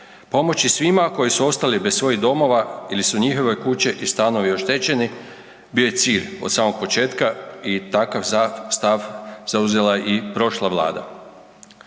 Pomoći svima koji su ostali bez svojih domova ili su njihove kuće i stanovi oštećeni bio je cilj od samog početka i takav stav zauzela je i prošla vlada.